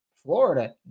Florida